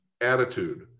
attitude